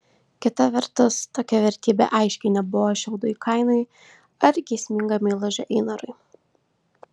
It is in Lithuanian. kita vertus tokia vertybė aiškiai nebuvo šiaudai kainui ar geisminga meilužė einarui